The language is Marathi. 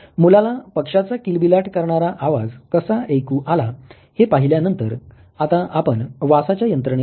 मुलाला पक्षाचा किलबिलाट करणारा आवाज कसा ऐकू आला हे पाहिल्यानंतर आता आपण वासाच्या यंत्रणेकडे जाऊ